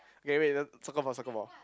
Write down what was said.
okay wait the soccer ball soccer ball